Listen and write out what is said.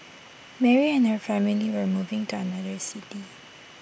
Mary and her family were moving to another city